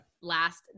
last